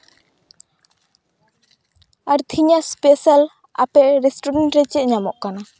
ᱟᱨ ᱛᱮᱦᱮᱧᱟᱜ ᱮᱥᱯᱮᱥᱟᱞ ᱟᱯᱮ ᱨᱮᱥᱴᱩᱨᱮᱱᱴᱨᱮ ᱪᱮᱫ ᱧᱟᱢᱚᱜ ᱠᱟᱱᱟ